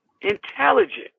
intelligent